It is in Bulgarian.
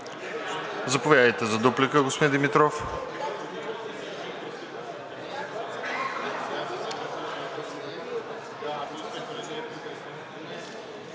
Заповядайте за дуплика, господин Димитров.